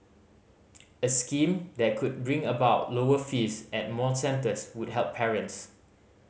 a scheme that could bring about lower fees at more centres would help parents